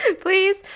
please